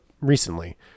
recently